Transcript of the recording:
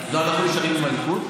לא, אנחנו נשארים עם הליכוד,